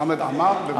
חמד עמאר, בבקשה.